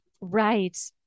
Right